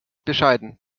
bescheiden